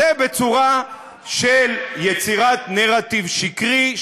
זה בצורה של יצירת נרטיב שקרי,